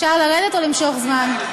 אפשר לרדת, או למשוך זמן?